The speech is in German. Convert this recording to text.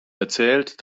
erzählt